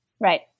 Right